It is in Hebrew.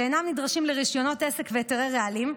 שאינם נדרשים לרישיונות עסק והיתרי רעלים,